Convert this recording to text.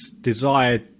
desired